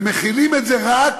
ומחילים את זה רק